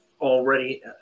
already